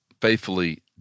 faithfully